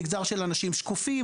מגזר של אנשים שקופים,